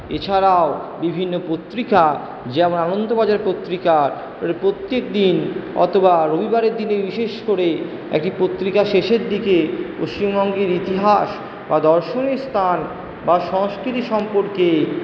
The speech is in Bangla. এছাড়াও বিভিন্ন পত্রিকা যেমন আনন্দবাজার পত্রিকার প্রত্যেক দিন অথবা রবিবারের দিনের বিশেষ করে একটি পত্রিকার শেষের দিকে পশ্চিমবঙ্গের ইতিহাস বা দর্শনীয় স্থান বা সংস্কৃতি সম্পর্কে